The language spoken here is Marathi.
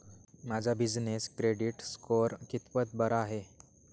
माझा बिजनेस क्रेडिट स्कोअर कितपत बरा आहे?